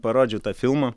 parodžiau tą filmą